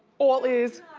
all is.